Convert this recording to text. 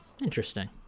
Interesting